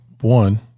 One